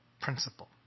principle